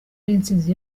n’intsinzi